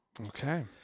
Okay